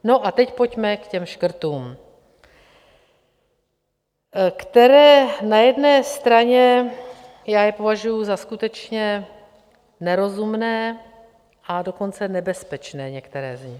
No a teď pojďme k těm škrtům, které na jedné straně já považuji za skutečně nerozumné, a dokonce nebezpečné, některé z nich.